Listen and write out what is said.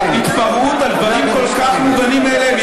התפרעות על דברים כל כך מובנים מאליהם.